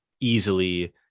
easily